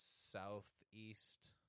southeast